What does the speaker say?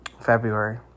February